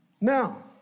now